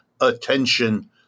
attention